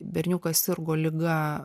berniukas sirgo liga